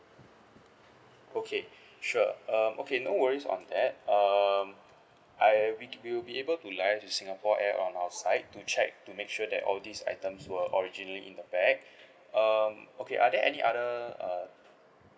okay sure um okay no worries on that um I we we will be able to liaise with singapore air on our side to check to make sure that all these items were originally in the bag um okay are there any other uh